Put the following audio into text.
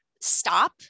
Stop